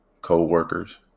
co-workers